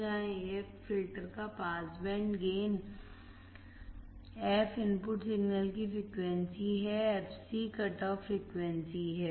यहां AF filter का pass band gain हैf इनपुट सिग्नल की फ्रीक्वेंसी है fc कटऑफ फ्रीक्वेंसी है